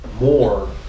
more